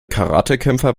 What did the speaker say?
karatekämpfer